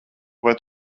vai